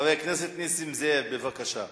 חבר הכנסת נסים זאב, בבקשה.